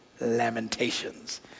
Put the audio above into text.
lamentations